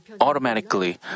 automatically